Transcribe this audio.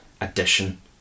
addition